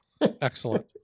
Excellent